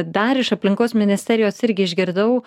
dar iš aplinkos ministerijos irgi išgirdau